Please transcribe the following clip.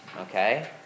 Okay